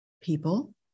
people